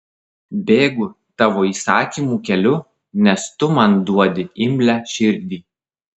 bėgu tavo įsakymų keliu nes tu man duodi imlią širdį